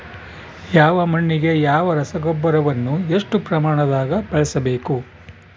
ಯಾವ ಮಣ್ಣಿಗೆ ಯಾವ ರಸಗೊಬ್ಬರವನ್ನು ಎಷ್ಟು ಪ್ರಮಾಣದಾಗ ಬಳಸ್ಬೇಕು?